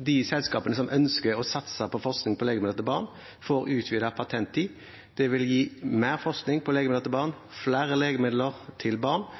de selskapene som ønsker å satse på forskning på legemidler for barn, får utvidet patenttid. Det vil gi mer forskning på legemidler for barn og flere legemidler for barn,